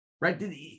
right